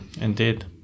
Indeed